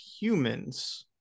humans